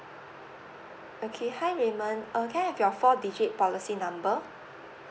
okay hi raymond uh can I have your four digit policy number